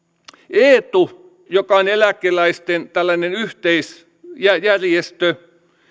eetun joka on eläkeläisten tällainen yhteisjärjestö